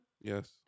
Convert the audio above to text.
Yes